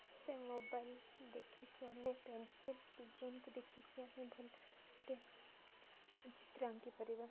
ସେ ମୋବାଇଲ୍ ଦେଖିକି ଆମେ ପେନସିଲ୍ ଡିଜାଇନ୍କୁ ଦେଖିକି ଆମେ ଭଲ ଗୋଟେ ଚିତ୍ର ଆଙ୍କିପାରିବା